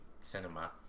cinema